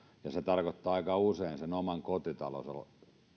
ja se tarkoittaa aika usein oman kotitalonsa